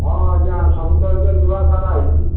ହଁ ଆଜ୍ଞା ସବୁ ତ ଆଜ୍ଞା ନୂଆ ସାର ଆସିଛି